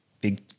big